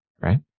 right